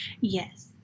Yes